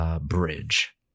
Bridge